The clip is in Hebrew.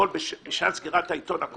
בשעת סגירת העיתון כל